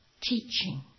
teaching